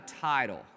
title